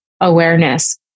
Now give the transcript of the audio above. awareness